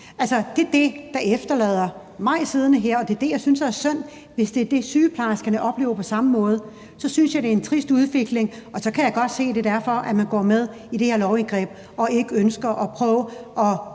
Det er det, der efterlader mig siddende her, og det er det, jeg synes er synd, altså hvis det er det, sygeplejerskerne oplever på samme måde, og så synes jeg, det er en trist udvikling. Og så kan jeg godt se, at det er derfor, at man går med i det her lovindgreb og ikke ønsker at prøve at